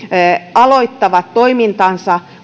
aloittavat toimintansa